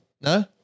No